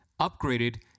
upgraded